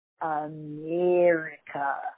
America